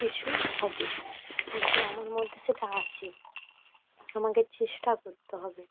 কিছু হবে একটা আমার মধ্যে সেটা আছে আমাকে চেষ্টা করতে হবে